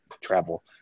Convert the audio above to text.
Travel